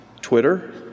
Twitter